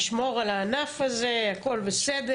נשמור על הענף הזה, הכל בסדר.